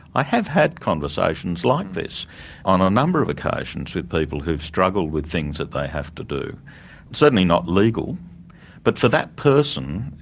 i have had conversations like this on a number of occasions with people who've struggled with things that they have to do certainly not legal but for that person,